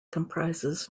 comprises